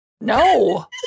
No